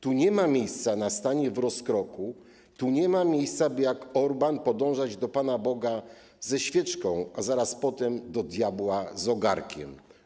Tu nie ma miejsca na stanie w rozkroku, tu nie ma miejsca, by jak Orbán podążać do Pana Boga ze świeczką, a zaraz potem do diabła z ogarkiem.